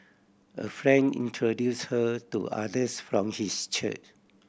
a friend introduced her to others from his church